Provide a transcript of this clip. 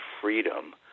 freedom